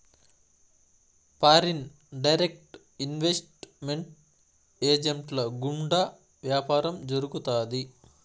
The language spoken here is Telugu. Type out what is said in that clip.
ఫారిన్ డైరెక్ట్ ఇన్వెస్ట్ మెంట్ ఏజెంట్ల గుండా వ్యాపారం జరుగుతాది